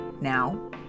now